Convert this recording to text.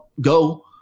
go